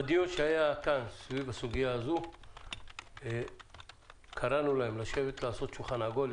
בדיון שהיה כאן על הסוגיה הזו קראנו להם לשבת סביב שולחן עגול,